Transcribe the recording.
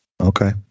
Okay